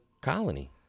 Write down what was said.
Colony